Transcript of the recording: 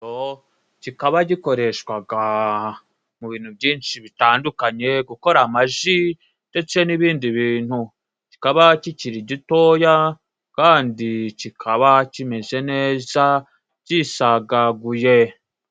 Kikaba gikoreshwaga mu bintu byinshi bitandukanye gukora amaji ndetse n'ibindi bintu kikaba kikiri gitoya kandi kikaba kimeze neza gishagaguye.